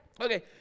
Okay